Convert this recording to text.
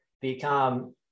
become